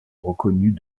reconnus